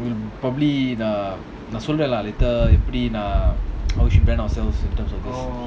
we'll probably நான்சொல்வேன்:nan solven later எப்படி:epadi how we should brand ourselves in terms of this